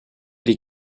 die